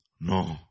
No